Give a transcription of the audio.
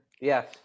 Yes